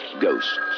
Ghosts